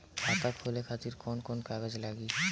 खाता खोले खातिर कौन कौन कागज लागी?